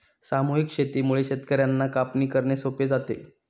सामूहिक शेतीमुळे शेतकर्यांना कापणी करणे सोपे जाते